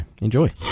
enjoy